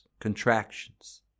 contractions